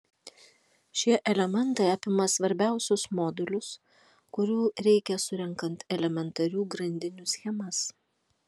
šie elementai apima svarbiausius modulius kurių reikia surenkant elementarių grandinių schemas